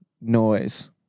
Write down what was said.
noise